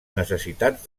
necessitats